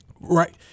Right